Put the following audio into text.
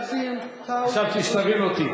חשבתי שתבין אותי.